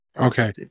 Okay